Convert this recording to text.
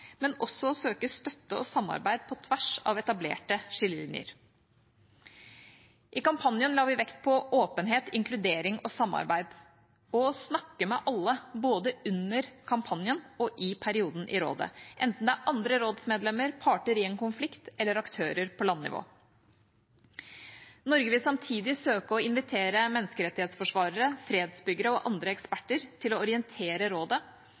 men også å søke støtte og samarbeid på tvers av etablerte skillelinjer. I kampanjen la vi vekt på åpenhet, inkludering og samarbeid og å snakke med alle både under kampanjen og i perioden i rådet, enten det er andre rådsmedlemmer, parter i en konflikt eller aktører på landnivå. Norge vil samtidig søke å invitere menneskerettighetsforsvarere, fredsbyggere og andre eksperter til å orientere rådet